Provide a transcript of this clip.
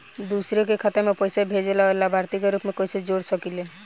दूसरे के खाता में पइसा भेजेला और लभार्थी के रूप में कइसे जोड़ सकिले?